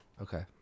Okay